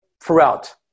throughout